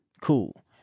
Cool